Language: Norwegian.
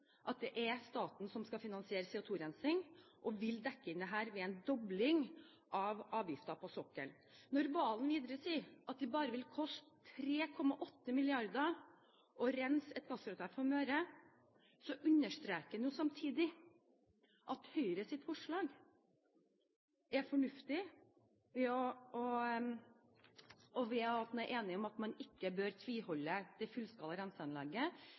at det er staten som skal finansiere CO2-rensing, og vil dekke inn dette ved en dobling av avgiftene på sokkelen. Når Serigstad Valen videre sier at det bare vil koste 3,8 mrd. kr å rense et gasskraftverk på Møre, understreker han jo samtidig at Høyres forslag er fornuftig ved at man er enig om at man ikke bør tviholde på det fullskala renseanlegget.